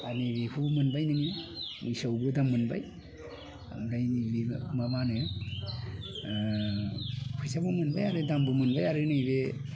आर नै बेखौ मोनबाय नोङो मोसौआबो दाम मोनबाय ओंखायनो मा होनो फैसाबो मोनबाय आरो दामबो मोनबाय आरो नैबे